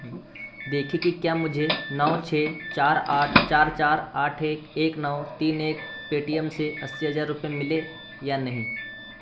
देखें कि क्या मुझे नौ छः चार आठ चार चार आठ एक नौ तीन एक एट द रेट पेटीएम से अस्सी हज़ार रुपये मिले या नहीं